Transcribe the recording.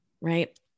Right